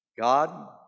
God